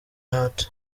heart